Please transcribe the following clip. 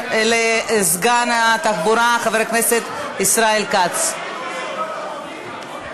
הצעת חוק איסור שימוש ברכב ממשלתי לשר וסגן שר